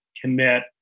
commit